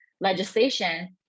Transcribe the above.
legislation